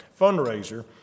fundraiser